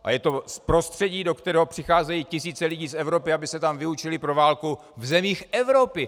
A je to z prostředí, do kterého přicházejí tisíce lidí z Evropy, aby se tam vyučili pro válku v zemích Evropy!